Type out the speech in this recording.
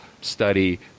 study –